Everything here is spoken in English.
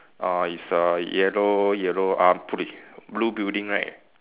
uh it's a yellow yellow how to put it blue building right